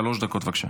שלוש דקות, בבקשה.